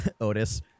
Otis